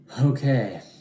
Okay